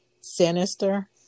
sinister